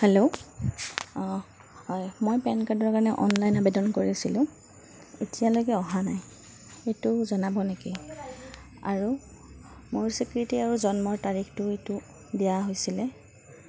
hello অঁ হয় মই পেন কাৰ্ডৰ কাৰণে অনলাইন আবেদন কৰিছিলোঁ এতিয়ালৈকে অহা নাই সেইটো জনাব নেকি আৰু মোৰ স্বীকৃতি আৰু জন্মৰ তাৰিখটো এইটো দিয়া হৈছিলে